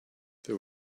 they